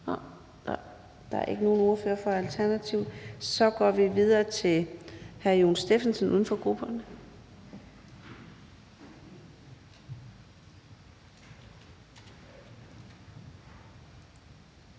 der er ikke nogen ordfører fra Alternativet. Så går vi videre til hr. Jon Stephensen, uden for grupperne.